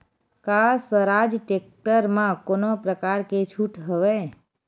का स्वराज टेक्टर म कोनो प्रकार के छूट हवय?